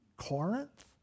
Corinth